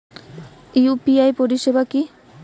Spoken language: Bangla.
ইউ.পি.আই পরিসেবা কি?